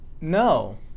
No